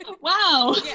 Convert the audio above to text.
Wow